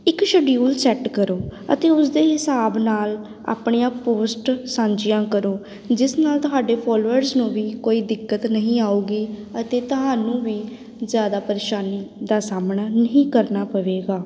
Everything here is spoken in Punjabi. ਇੱਕ ਸ਼ਡਿਊਲ ਸੈੱਟ ਕਰੋ ਅਤੇ ਉਸਦੇ ਹਿਸਾਬ ਨਾਲ ਆਪਣੀਆਂ ਪੋਸਟ ਸਾਂਝੀਆਂ ਕਰੋ ਜਿਸ ਨਾਲ ਤੁਹਾਡੇ ਫੋਲੋਅਰਸ ਨੂੰ ਵੀ ਕੋਈ ਦਿੱਕਤ ਨਹੀਂ ਆਵੇਗੀ ਅਤੇ ਤੁਹਾਨੂੰ ਵੀ ਜ਼ਿਆਦਾ ਪਰੇਸ਼ਾਨੀ ਦਾ ਸਾਹਮਣਾ ਨਹੀਂ ਕਰਨਾ ਪਵੇਗਾ